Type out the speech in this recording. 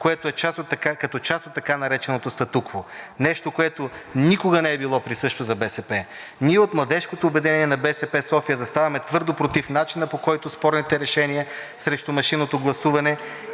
като част от така нареченото статукво. Нещо, което никога не е било присъщо на БСП. Ние, от Младежкото обединение в БСП – София, заставаме твърдо против начина, по който спорните решения срещу машинното гласуване